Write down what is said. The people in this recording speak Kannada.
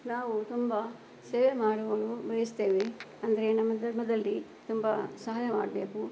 ನಾವು ತುಂಬ ಸೇವೆ ಮಾಡಲು ಬಯಸ್ತೇವೆ ಅಂದರೆ ನಮ್ಮ ಧರ್ಮದಲ್ಲಿ ತುಂಬ ಸಹಾಯ ಮಾಡಬೇಕು